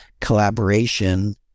collaboration